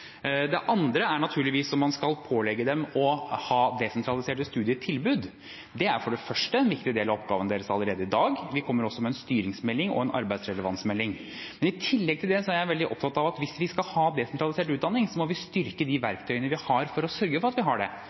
Det andre er naturligvis om man skal pålegge dem å ha desentraliserte studietilbud. Det er for det første en viktig del av oppgaven deres allerede i dag. Vi kommer også med en styringsmelding og en arbeidsrelevansmelding. I tillegg til det er jeg veldig opptatt av at hvis vi skal ha desentralisert utdanning, må vi styrke de verktøyene vi har for å sørge for at vi har det.